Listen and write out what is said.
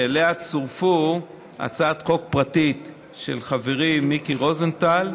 ואליה צורפו הצעות חוק פרטיות של חברי מיקי רוזנטל ושלי,